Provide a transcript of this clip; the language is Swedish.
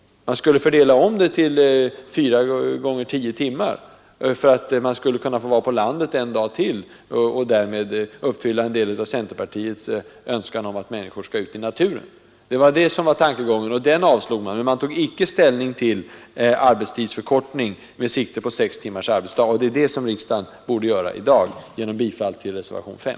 Man skulle fördela om arbetstiden enligt mallen 4 x 10 timmar, för att folk skulle kunna vara kvar på landet en dag till, och därmed uppfylla en del av centerpartiets önskan om att människorna skall ut i naturen. Det var motionens tankegång, och det var den man avslog. Men man tog icke ställning till frågan om arbetstidsförkortning med sikte på sex timmars arbetsdag. Det är det som riksdagen borde göra i dag genom bifall till reservationen S5.